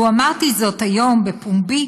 לו אמרתי זאת היום בפומבי